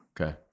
Okay